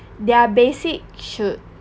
there are basic should